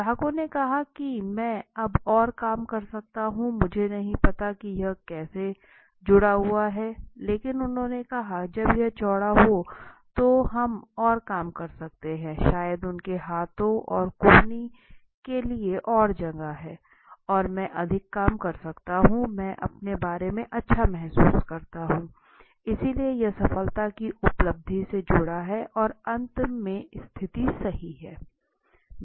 ग्राहक ने कहा कि मैं अब और काम कर सकता हूं मुझे नहीं पता कि यह कैसे जुड़ा हुआ है लेकिन उन्होंने कहा कि जब यह चौड़ा हो तो हम और काम कर सकते हैं शायद उनके हाथों और कोहनी लिए और जगह है और मैं अधिक काम कर सकता हूं मैं अपने बारे में अच्छा महसूस करता हूं इसलिए यह सफलता की उपलब्धि से जुड़ा है और अंत में स्थिति सही है